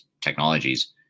technologies